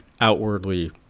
outwardly